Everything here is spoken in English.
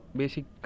basic